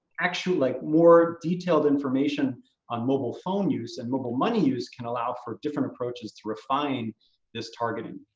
actual like more detailed information on mobile phone use and mobile money use can allow for different approaches to refine this targeting.